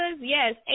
yes